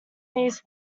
these